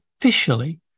officially